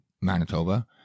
Manitoba